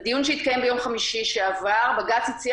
בדיון שהתקיים ביום חמישי שעבר בג"ץ הציע